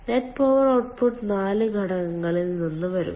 net power output 4 ഘടകങ്ങളിൽ നിന്ന് വരും